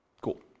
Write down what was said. Cool